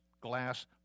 glass